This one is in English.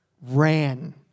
ran